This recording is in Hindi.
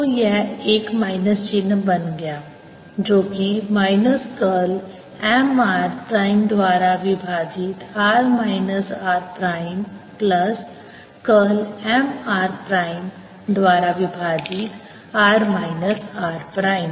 तो यह एक माइनस चिन्ह बन जाएगा जो कि minus curl M r prime द्वारा विभाजित r minus r prime plus curl M r prime द्वारा विभाजित r माइनस r प्राइम